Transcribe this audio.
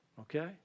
okay